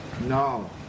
No